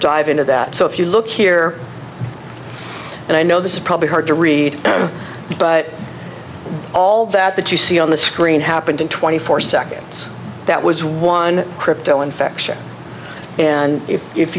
dive into that so if you look here and i know this is probably hard to read but all that that you see on the screen happened in twenty four seconds that was one crypto infection and if